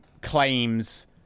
claims